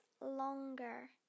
longer